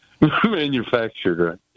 manufactured